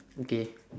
okay